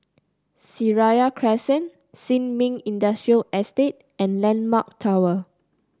Seraya Crescent Sin Ming Industrial Estate and landmark Tower